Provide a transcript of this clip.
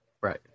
Right